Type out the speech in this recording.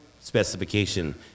specification